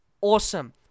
awesome